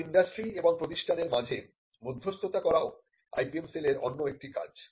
এখন ইন্ডাস্ট্রি এবং প্রতিষ্ঠানের মাঝে মধ্যস্থতা করাও IPM সেলের অন্য একটি কাজ